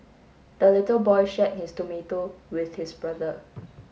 the little boy shared his tomato with his brother